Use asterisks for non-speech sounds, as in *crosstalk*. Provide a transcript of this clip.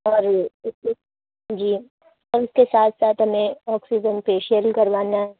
sorry *unintelligible* جی اور اس کے ساتھ ساتھ ہمیں آکسیجن فیشیل کروانا ہے